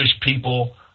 people